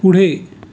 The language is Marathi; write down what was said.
पुढे